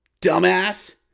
dumbass